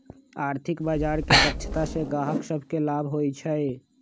आर्थिक बजार के दक्षता से गाहक सभके लाभ होइ छइ